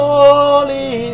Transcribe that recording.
Holy